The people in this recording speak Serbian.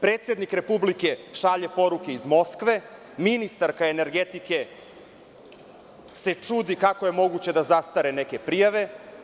Predsednik Republike šalje poruke iz Moskve, ministarka energetike se čudi kako je moguće da zastare neke prijave?